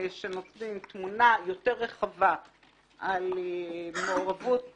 שנותנים תמונה יותר רחבה על מעורבות